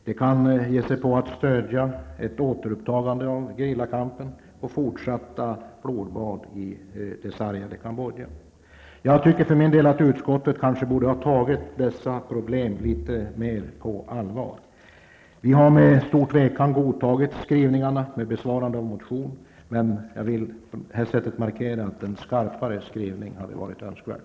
Den kan ge sig på att stödja ett återupptagande av gerillakampen och fortsatt blodbad i det sargade Kambodja. Jag tycker för min del att utskottet borde ha tagit dessa problem på större allvar. Vi har med stor tvekan godtagit skrivningarna i betänkandet till svar på vår motion, men jag vill på det här sättet markera att en skarpare skrivning hade varit önskvärd.